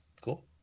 Cool